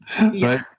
right